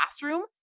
classroom